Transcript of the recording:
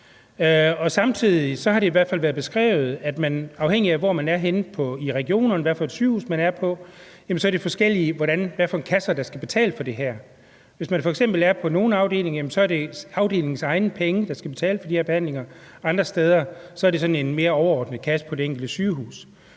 samtidig har det i hvert fald været beskrevet, at det, afhængigt af hvor man er henne i regionerne, og hvad for et sygehus man er på, er forskelligt, hvad for kasser der skal betale for det her. På nogle afdelinger er det f.eks. afdelingens egne penge, der skal betale for de her behandlinger, mens det andre steder er sådan en mere overordnet kasse på det enkelte sygehus.